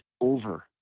over